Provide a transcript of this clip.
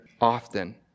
often